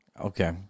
Okay